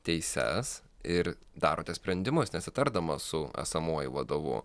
teises ir darote sprendimus nesitardamas su esamuoju vadovu